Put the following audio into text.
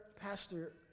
Pastor